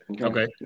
Okay